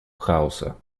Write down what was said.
хаоса